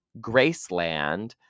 Graceland